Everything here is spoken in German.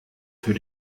für